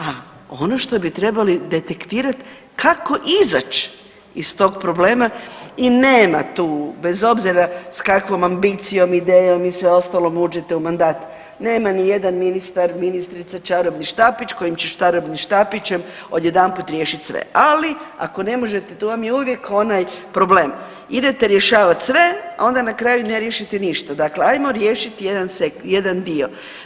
A ono što bi trebali detektirat kako izać iz tog problema i nema tu bez obzira s kakvom ambicijom i idejom i sve ostalo uđete u mandat, nema ni jedan ministar i ministrica čarobni štapić kojim će čarobnim štapićem odjedanput riješit sve, ali ako ne možete, to vam je uvijek onaj problem, idete rješavat sve, a onda na kraju ne riješite ništa, dakle ajmo riješit jedan dio.